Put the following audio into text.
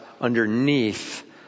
underneath